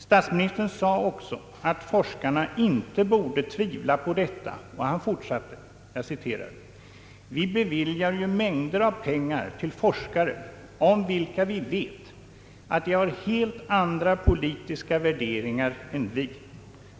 Statsministern sade också att forskarna inte borde tvivla på detta, och fortsatte: » Vi beviljar ju mängder av pengar till forskare, om vilka vi vet att de har helt andra politiska värderingar än vi.